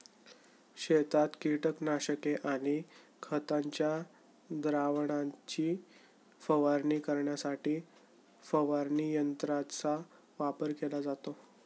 शेतात कीटकनाशके आणि खतांच्या द्रावणाची फवारणी करण्यासाठी फवारणी यंत्रांचा वापर केला जातो